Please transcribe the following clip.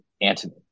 Anthony